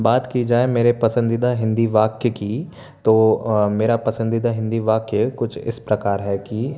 बात की जाए मेरे पसंदीदा हिंदी वाक्य की तो मेरा पसंदीदा हिंदी वाक्य कुछ इस प्रकार है कि